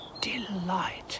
delight